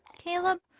caleb,